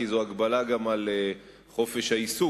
כי זו גם הגבלה על חופש העיסוק.